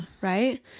Right